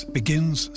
begins